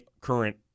current